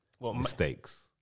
mistakes